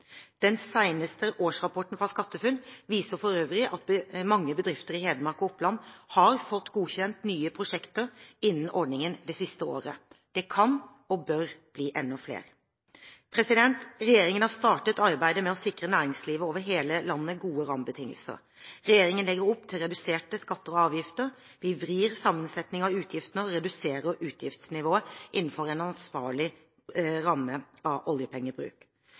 Den seneste årsrapporten fra SkatteFUNN viser for øvrig at mange bedrifter i Hedmark og Oppland har fått godkjent nye prosjekter innen ordningen det siste året. Det kan og bør bli enda flere. Regjeringen har startet arbeidet med å sikre næringslivet over hele landet gode rammebetingelser. Regjeringen legger opp til reduserte skatter og avgifter. Vi vrir sammensetningen av utgiftene og reduserer utgiftsnivået innenfor en ansvarlig ramme av oljepengebruk.